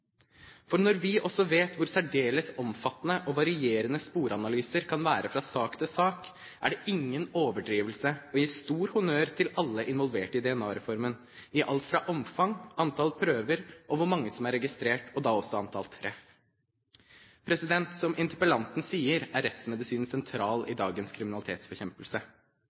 For når vi også vet hvor særdeles omfattende og varierende sporanalyser kan være fra sak til sak, er det ingen overdrivelse å gi stor honnør til alle involverte i DNA-reformen for alt fra omfang, antall prøver og hvor mange som er registrert, og da også antall treff. Som interpellanten sier, er rettsmedisinen sentral i dagens